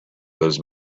those